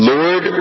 Lord